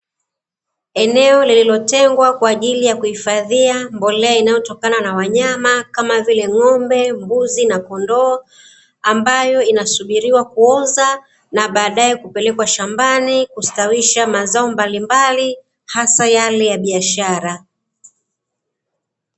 Eneo lililotengwa kwa ajili ya kuhifadhia mbolea inayotokana na wanyama kama vile: ng'ombe, mbuzi na kondoo, ambayo inasubiriwa kuoza na baadae kupelekwa shambani kustawisha mazao mbalimbali hasa yale ya biashara.